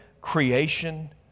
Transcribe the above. creation